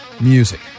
music